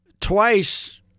twice